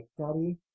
Daddy